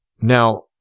Now